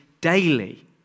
daily